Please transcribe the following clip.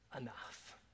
enough